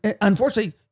unfortunately